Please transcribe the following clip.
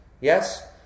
Yes